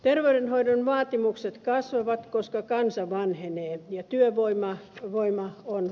terveydenhoidon vaatimukset kasvavat koska kansa vanhenee ja työvoimaa on vaikeaa saada